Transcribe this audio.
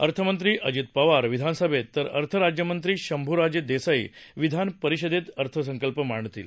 अर्थमंत्री अजित पवार विधानसभेत तर अर्थराज्य मंत्री शभुराजे देसाई विधान परिषदेत अर्थसंकल्प मांडतील